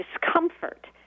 discomfort